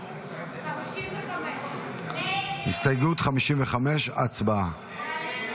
55. הסתייגות 55, הצבעה.